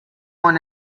want